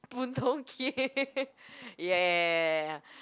Boon-Tong-Kee ya ya ya ya ya